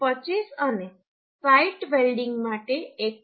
25 અને site welding માટે 1